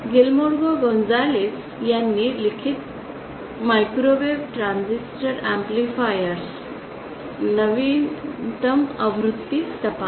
Guillermo Gonzalez यांनी लिखित microwave transistor amplifiers नवीनतम आवृत्ती तपासा